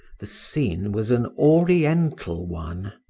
the scene was an oriental one,